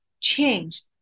changed